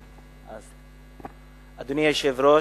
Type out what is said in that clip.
אדוני היושב-ראש,